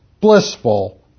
blissful